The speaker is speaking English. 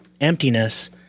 emptiness